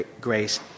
grace